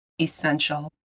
essential